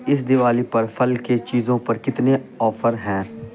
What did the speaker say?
اس دیوالی پرفل کے چیزوں پر کتنے آفر ہیں